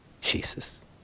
Jesus